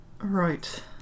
Right